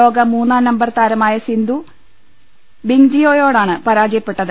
ലോക മൂന്നാം നമ്പർ താരമായ സിന്ധു ബിങ്ജിയോയോടാണ് പരാജയപ്പെട്ട ത്